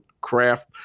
craft